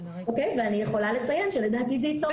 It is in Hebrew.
ואני יכולה לציין שלדעתי זה ייצור בלבול.